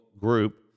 group